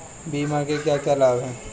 बीमा के क्या क्या लाभ हैं?